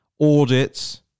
audits